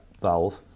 valve